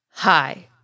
Hi